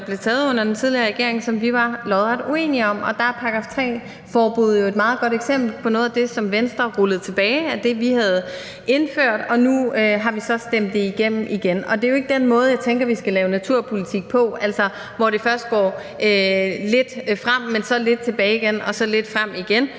som blev taget under den tidligere regering, som vi var lodret uenige i. Og der er § 3-forbuddet jo et meget godt eksempel på noget af det, som Venstre rullede tilbage, som vi havde indført, og nu har vi så stemt det igennem igen. Og det er jo ikke den måde, jeg tænker at vi skal lave naturpolitik på, altså hvor det først går lidt frem, men så lidt tilbage igen – og så lidt frem igen.